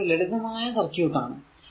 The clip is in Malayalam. അതൊരു ലളിതമായ സർക്യൂട് ആണ്